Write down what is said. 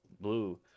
blue